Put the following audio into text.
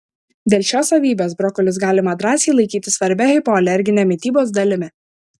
dėl šios savybės brokolius galima drąsiai laikyti svarbia hipoalerginės mitybos dalimi